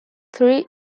three